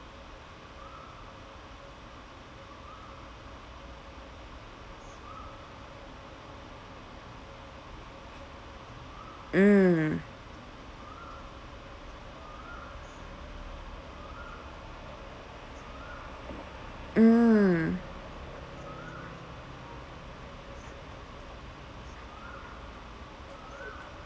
mm mm